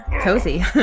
cozy